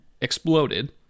exploded